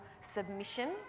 submission